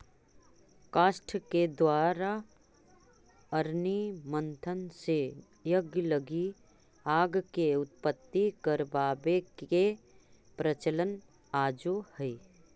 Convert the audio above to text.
काष्ठ के द्वारा अरणि मन्थन से यज्ञ लगी आग के उत्पत्ति करवावे के प्रचलन आजो हई